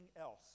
else